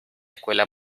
escuela